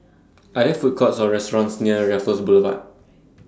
Are There Food Courts Or restaurants near Raffles Boulevard